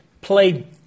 played